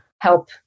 help